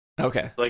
Okay